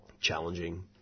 challenging